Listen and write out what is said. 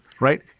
Right